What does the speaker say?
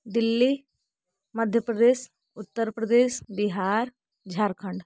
Delhi Madhya Pradesh Uttar Pradesh Bihar Jharkhand